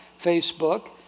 Facebook